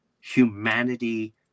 Humanity